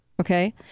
Okay